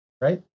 right